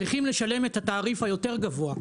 צריכים לשלם את התעריף היותר גבוה,